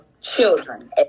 Children